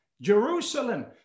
Jerusalem